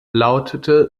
lautete